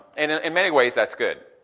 and and in many ways that's good.